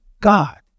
God